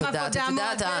את יודעת,